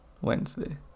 Wednesday